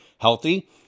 healthy